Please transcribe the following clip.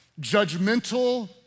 judgmental